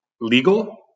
legal